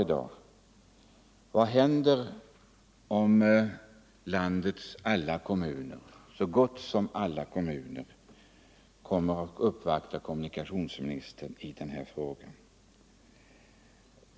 Vad kommer att hända om landets alla kommuner — så gott som alla kommuner — uppvaktar kommunikationsministern i den här frågan?